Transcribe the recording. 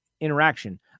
interaction